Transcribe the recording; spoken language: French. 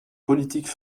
politique